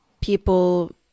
people